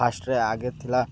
ଫାଷ୍ଟରେ ଆଗେ ଥିଲା